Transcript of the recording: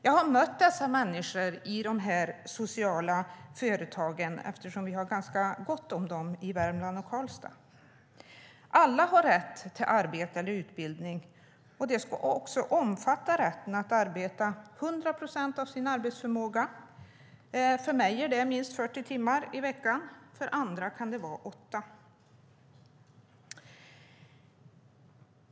Jag har mött människorna i de här sociala företagen eftersom vi har ganska gott om dem i Värmland och i Karlstad. Alla har rätt till arbete eller utbildning, och det ska också omfatta rätten att arbeta 100 procent av arbetsförmågan. För mig är det minst 40 timmar i veckan; för andra kan det vara åtta.